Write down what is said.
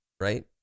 right